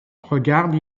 regarde